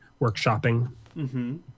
workshopping